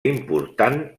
important